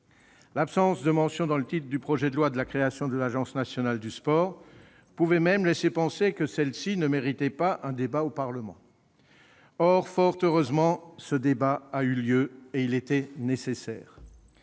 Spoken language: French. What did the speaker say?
L'absence de mention dans le titre du projet de loi de la création de l'Agence nationale du sport pouvait même laisser penser que celle-ci ne méritait pas un débat au Parlement. Or, fort heureusement, ce débat a eu lieu, et il était nécessaire.